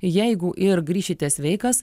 jeigu ir grįšite sveikas